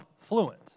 fluent